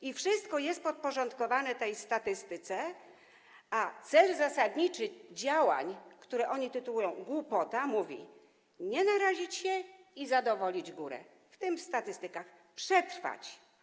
I wszystko jest podporządkowane tej statystyce, a celem zasadniczym działań, które oni tytułują: głupota, jest: nie narazić się i zadowolić górę, w tym w statystykach, przetrwać.